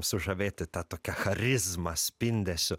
sužavėti ta tokia charizma spindesiu